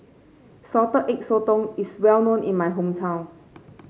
Salted Egg Sotong is well known in my hometown